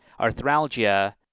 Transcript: arthralgia